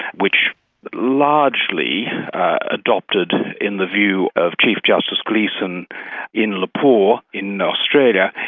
which largely adopted in the view of chief justice gleeson in lepore, in australia,